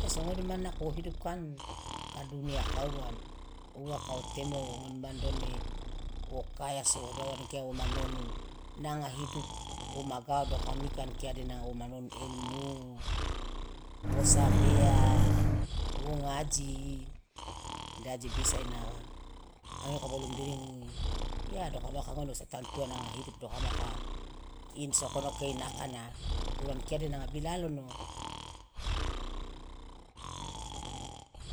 Iya so ngone man nako wo hidup kan ka dunia ka uwa uwa kawo temo ngone man done wo kaya so ankia wo ma nonu nanga hidup nanga hidup woma gao dokamika ankia de nanga womanonu ilmu wo sabea wo ngaji de aje bisa ina angeoka bolo midiringi ya dokamaka ngone wostatantuwa nanga hidup dokamaka in sokonoke ina akana duru an kai de nanga bilalono.